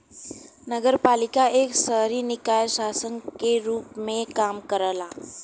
नगरपालिका एक शहरी निकाय शासन के रूप में काम करला